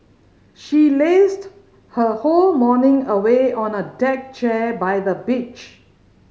she lazed her whole morning away on a deck chair by the beach